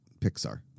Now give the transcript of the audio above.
Pixar